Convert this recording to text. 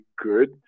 good